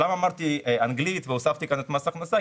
למה אמרתי אנגלית והוספתי כאן את מס הכנסה?